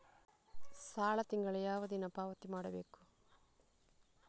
ಸಾಲ ತಿಂಗಳ ಯಾವ ದಿನ ಪಾವತಿ ಮಾಡಬೇಕು?